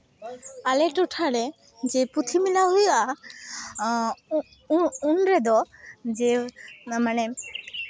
ᱟᱞᱮ ᱴᱚᱴᱷᱟᱨᱮ ᱡᱮ ᱯᱩᱛᱷᱤ ᱢᱮᱞᱟ ᱦᱩᱭᱩᱜᱼᱟ ᱩᱱ ᱨᱮᱫᱚ ᱡᱮ ᱢᱟᱱᱮ